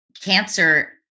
cancer